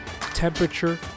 temperature